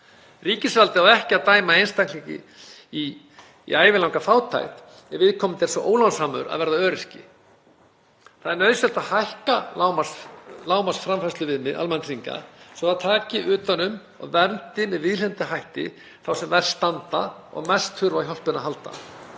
Ríkisvaldið á ekki að dæma einstakling í ævilanga fátækt ef viðkomandi er svo ólánsamur að verða öryrki. Það er nauðsynlegt að hækka lágmarksframfærsluviðmið almannatrygginga svo að það taki utan um og verndi með viðhlítandi hætti þá sem verst standa og mest þurfa á hjálpinni að halda.